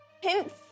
Hints